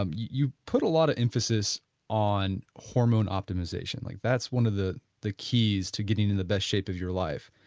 um you put a lot of emphasis on hormone optimization like that's one of the the keys to get into the best shape of your life.